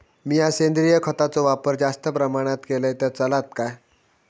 मीया सेंद्रिय खताचो वापर जास्त प्रमाणात केलय तर चलात काय?